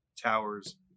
Towers